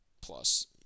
plus